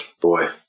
boy